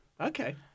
Okay